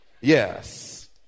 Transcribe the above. Yes